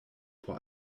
por